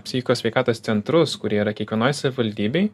psichikos sveikatos centrus kurie yra kiekvienoj savivaldybėj